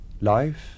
life